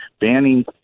banning